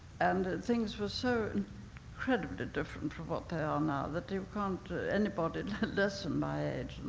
and things were so incredibly different from what they are now that they can't, anybody less than my age,